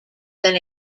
then